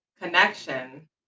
connection